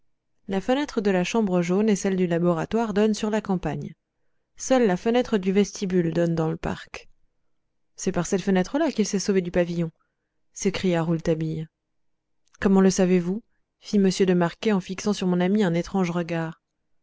la fenêtre de la chambre jaune et celles du laboratoire donnent sur la campagne seule la fenêtre du vestibule donne dans le parc c'est par cette fenêtre là qu'il s'est sauvé du pavillon s'écria rouletabille comment le savez-vous fit m de marquet en fixant sur mon ami un étrange regard